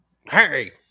Hey